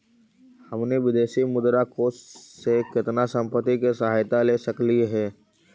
हमनी विदेशी मुद्रा कोश से केतना संपत्ति के सहायता ले सकलिअई हे?